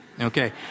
okay